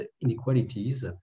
inequalities